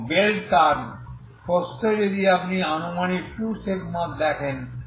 এবং bell curve প্রস্থ যদি আপনি আনুমানিক 2σ দেখেন